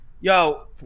yo